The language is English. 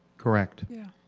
correct. yeah.